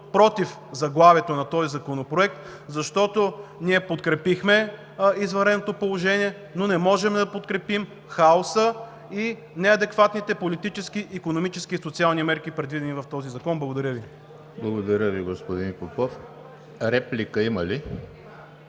„против“ заглавието на този законопроект, защото ние подкрепихме извънредното положение, но не можем да подкрепим хаоса и неадекватните политически, икономически и социални мерки, предвидени в този закон. Благодаря Ви. ПРЕДСЕДАТЕЛ ЕМИЛ ХРИСТОВ: Благодаря Ви, господин Попов. Има ли